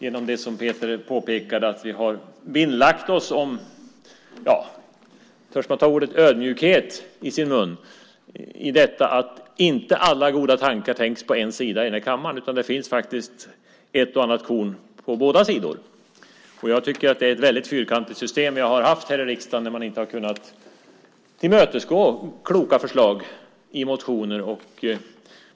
Som Peter påpekade har vi vinnlagt oss om det. Törs jag ta ordet ödmjukhet i min mun? Alla goda tankar tänks inte på en sida i den här kammaren. Det finns faktiskt ett och annat korn på båda sidor. Det är ett väldigt fyrkantigt system vi har haft här i riksdagen där man inte har kunnat tillmötesgå kloka förslag i motioner.